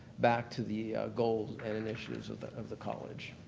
back to the goals and initiatives of the of the college.